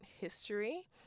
history